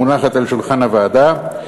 המונחת על שולחן הוועדה,